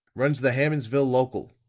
runs the hammondsville local.